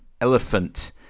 Elephant